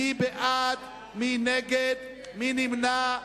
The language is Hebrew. מי בעד, מי נגד, מי נמנע?